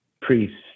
priests